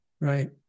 right